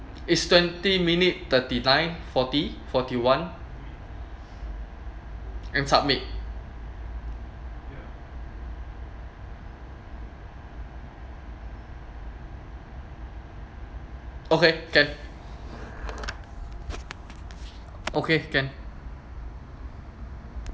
is twenty minute thirty-nine forty forty-one and submit okay can okay can